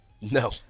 No